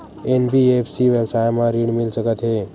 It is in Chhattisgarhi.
एन.बी.एफ.सी व्यवसाय मा ऋण मिल सकत हे